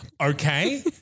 Okay